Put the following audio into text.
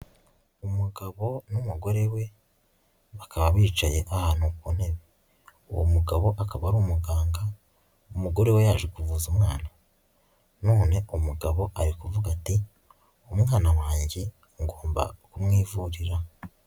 Umugabo n'umugore we bakaba bicaye ahantu ku ntebe uwo mugabo akaba ari umuganga, umugore we yaje kuvuza umwana none umugabo ari kuvuga ati "umwana wange ngomba kumwivurira."